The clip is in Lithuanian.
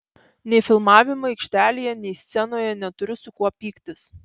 nei filmavimo aikštelėje nei scenoje neturiu su kuo pyktis